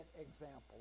example